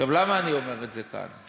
עכשיו, למה אני אומר את זה כאן?